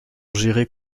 gérées